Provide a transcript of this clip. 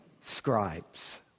scribes